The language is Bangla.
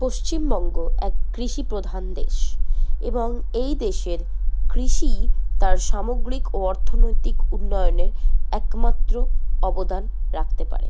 পশ্চিমবঙ্গ এক কৃষিপ্রধান দেশ এবং এই দেশের কৃষি তার সামগ্রিক ও অর্থনৈতিক উন্নয়নের একমাত্র অবদান রাখতে পারে